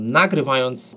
nagrywając